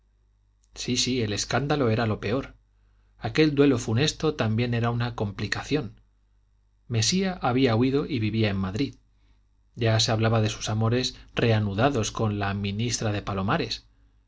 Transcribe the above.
sí sí el escándalo era lo peor aquel duelo funesto también era una complicación mesía había huido y vivía en madrid ya se hablaba de sus amores reanudados con la ministra de palomares